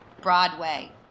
Broadway